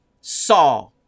saw